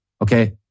Okay